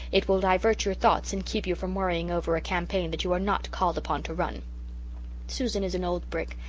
it will divert your thoughts and keep you from worrying over a campaign that you are not called upon to run susan is an old brick,